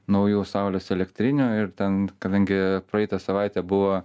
naujų saulės elektrinių ir ten kadangi praeitą savaitę buvo